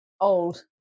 Old